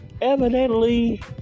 evidently